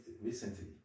recently